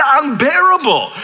unbearable